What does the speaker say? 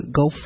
go